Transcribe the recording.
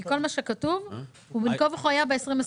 כל מה שכתוב פה בין כה וכה היה ב-2021.